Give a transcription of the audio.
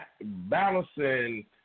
balancing